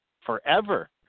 forever